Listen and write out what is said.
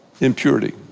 impurity